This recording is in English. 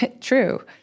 true